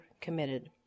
committed